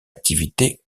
activité